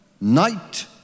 night